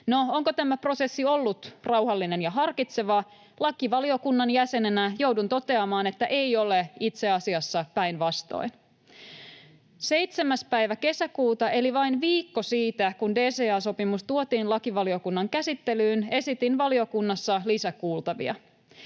onko tämä prosessi ollut rauhallinen ja harkitseva? Lakivaliokunnan jäsenenä joudun toteamaan, että ei ole ollut, itse asiassa päinvastoin. 7. päivä kesäkuuta eli vain viikko siitä, kun DCA-sopimus tuotiin lakivaliokunnan käsittelyyn, esitin valiokunnassa lisäkuultavia.